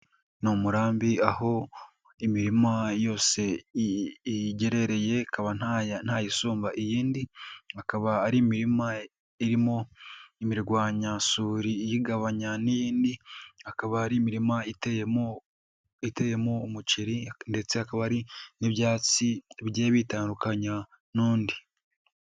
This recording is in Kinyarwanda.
Ni umurambi aho imirima yose igerereye ikaba ntayisumba iyindi, akaba ari imirima irimo imirwanyasuri iyigabanya n'iyindi, akaba ari imirima iteye iteyemo umuceri ndetse hakaba hari n'ibyatsi bigiye biyitandukanya n'undi.